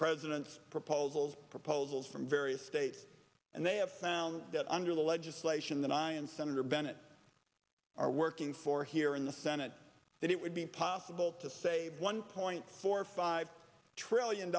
president's proposals proposals from various states and they have found that under the legislation that i and senator bennett are working for here in the senate that it would be possible to save one point four five trillion